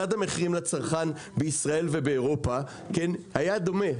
מדד המחירים לצרכן בישראל ובאירופה היה דומה.